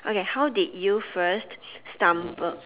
okay how did you first stumble